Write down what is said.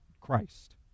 Christ